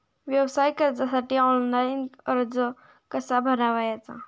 व्यवसाय कर्जासाठी ऑनलाइन अर्ज कसा भरायचा?